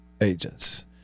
agents